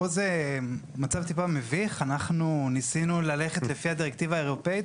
פה זה מצב מעט מביך; אנחנו ניסינו ללכת לפי הדירקטיבה האירופאית,